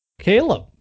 Caleb